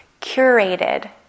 curated